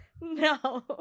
No